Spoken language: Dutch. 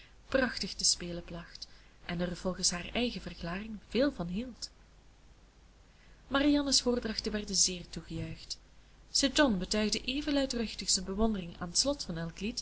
prachtig te spelen placht en er volgens haar eigen verklaring veel van hield marianne's voordrachten werden zeer toegejuicht sir john betuigde even luidruchtig zijn bewondering aan t slot van